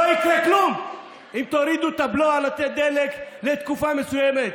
לא יקרה כלום אם תורידו את הבלו על הדלק לתקופה מסוימת